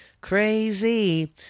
crazy